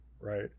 right